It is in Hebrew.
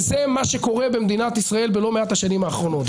וזה מה שקורה במדינת ישראל בלא מעט השנים האחרונות.